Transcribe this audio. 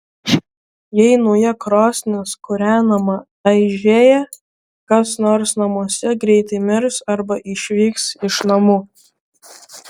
jei nauja krosnis kūrenama aižėja kas nors namuose greitai mirs arba išvyks iš namų